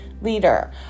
leader